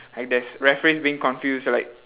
like there's referees being confused like